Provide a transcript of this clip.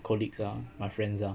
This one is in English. colleagues ah my friends ah